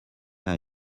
are